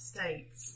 States